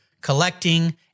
collecting